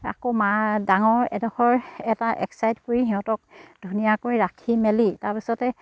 আকৌ মা ডাঙৰ এডোখৰ এটা এক চাইড কৰি সিহঁতক ধুনীয়াকৈ ৰাখি মেলি তাৰ পিছতে